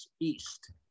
East